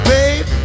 Babe